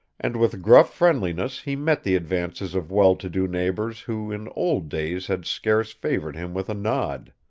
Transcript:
and with gruff friendliness he met the advances of well-to-do neighbors who in old days had scarce favored him with a nod.